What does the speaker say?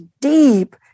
deep